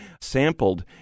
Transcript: sampled